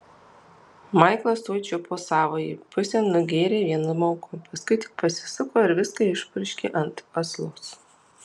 maiklas tuoj čiupo savąjį pusę nugėrė vienu mauku paskui tik pasisuko ir viską išpurškė ant aslos